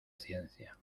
ciencia